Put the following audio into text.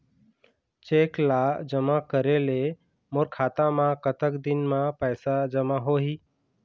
Cheque ला जमा करे ले मोर खाता मा कतक दिन मा पैसा जमा होही?